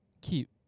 keep